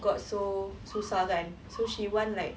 got so susah kan so she want like